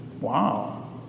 Wow